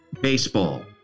Baseball